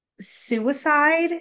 suicide